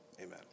Amen